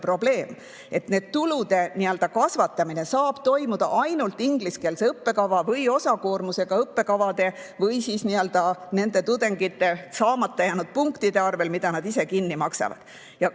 probleem, et tulude kasvatamine saab toimuda ainult ingliskeelse õppekava või osakoormusega õppekavade või nende tudengite saamata jäänud punktide arvel, mida nad ise kinni maksavad. Ja